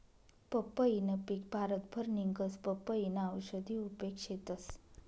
पंपईनं पिक भारतभर निंघस, पपयीना औषधी उपेग शेतस